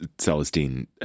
celestine